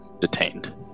detained